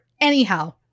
Anyhow